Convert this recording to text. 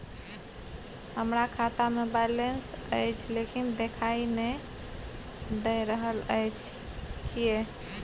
हमरा खाता में बैलेंस अएछ लेकिन देखाई नय दे रहल अएछ, किये?